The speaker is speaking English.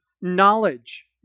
knowledge